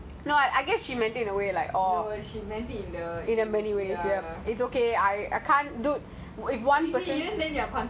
no I I guess she might take it as oh